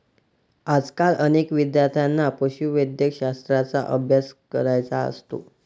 आजकाल अनेक विद्यार्थ्यांना पशुवैद्यकशास्त्राचा अभ्यास करायचा असतो